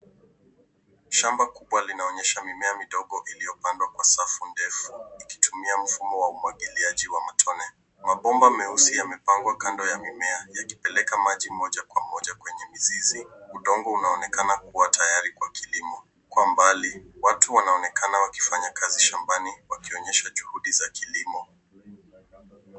Shamba kubwa linaonyesha mimea midogo iliyopandwa kwa safu ndefu ikitumia mfumo wa umwagiliaji wa matone. Mabomba meusi yamepangwa kando ya mimea yakipeleka maji moja kwa moja kwenye mizizi, udongo unaonekana kuwa tayari kwa kilimo. Kwa mbali watu wanaonekana wakifanya kazi shambani wakionyesha juhudi za kilimo.